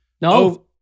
No